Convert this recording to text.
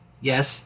Yes